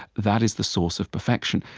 that is the source of perfection.